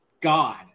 god